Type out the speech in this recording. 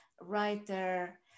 writer